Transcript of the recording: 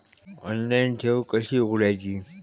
Online ठेव कशी उघडायची?